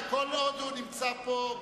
כל עוד הוא נמצא פה,